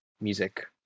music